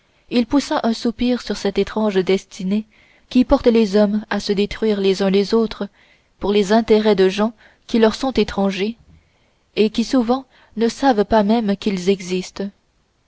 il poussa un soupir sur cette étrange destinée qui porte les hommes à se détruire les uns les autres pour les intérêts de gens qui leur sont étrangers et qui souvent ne savent pas même qu'ils existent